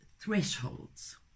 thresholds